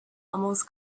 almost